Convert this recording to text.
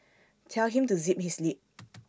tell him to zip his lip